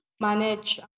manage